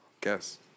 Guess